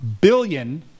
billion